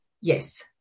Yes